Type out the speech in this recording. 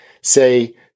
Say